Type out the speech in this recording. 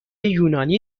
یونانی